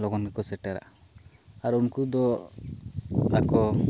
ᱞᱚᱜᱚᱱ ᱜᱮᱠᱚ ᱥᱮᱴᱮᱨᱚᱜᱼᱟ ᱟᱨ ᱩᱱᱠᱩ ᱫᱚ ᱟᱠᱚ